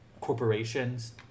corporations